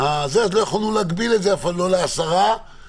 לא היינו יכולים להגביל אותם ל-10 או